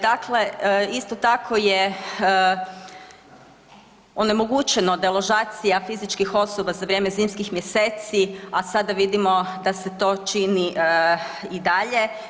Dakle, isto tako je onemogućeno deložacija fizičkih osoba za vrijeme zimskih mjeseci, a sada vidimo da se to čini i dalje.